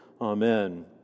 Amen